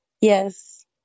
Yes